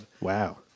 Wow